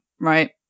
right